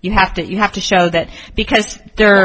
you have to you have to show that because there